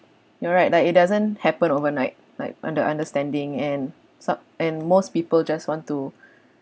you're right that it doesn't happen overnight like under understanding and sup~ and most people just want to